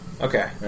Okay